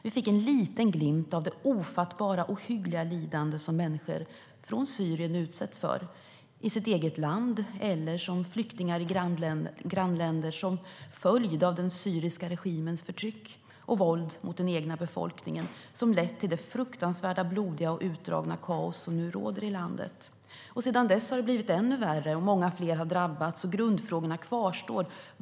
Vi fick en liten glimt av det ofattbara, ohyggliga lidande som människor från Syrien utsätts för i sitt eget land eller som flyktingar i grannländer som en följd av den syriska regimens förtryck och våld mot den egna befolkningen. Förtrycket har lett till det fruktansvärda, blodiga och utdragna kaos som nu råder i landet. Sedan dess har det blivit ännu värre. Många fler har drabbats, och grundfrågorna kvarstår.